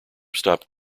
stopped